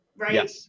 right